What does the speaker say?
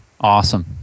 awesome